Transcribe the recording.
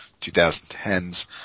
2010s